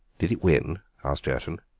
did it win? asked jerton.